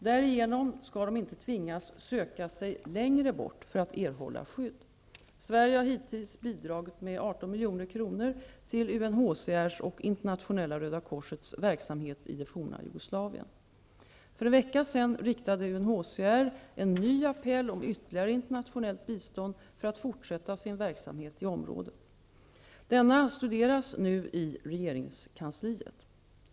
Därigenom skall de inte tvingas söka sig längre bort för att erhålla skydd. Sverige har hittills bidragit med 18 milj.kr. till UNHCR:s och Internationella Röda korsets verksamhet i det forna Jugoslavien. För en vecka sedan riktade UNHCR en ny apell om ytterligare internationellt bistånd för att fortsätta sin verksamhet i området. Denna studeras nu i regeringskansliet.